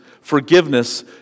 forgiveness